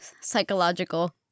psychological